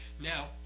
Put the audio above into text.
Now